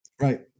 Right